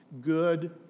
good